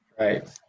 Right